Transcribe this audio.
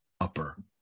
upper